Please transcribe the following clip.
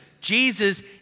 Jesus